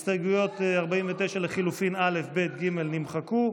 הסתייגויות 49 לחלופין א', ב' וג' נמחקו.